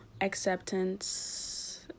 acceptance